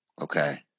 Okay